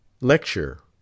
Lecture